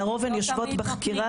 לרוב הן יושבות בחקירה